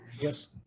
yes